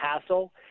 hassle